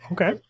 Okay